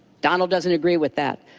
donald doesn't agree with that.